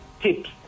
tips